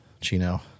Chino